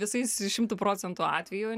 visais šimtu procentų atvejų